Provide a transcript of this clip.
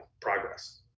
progress